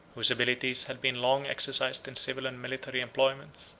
whose abilities had been long exercised in civil and military employments,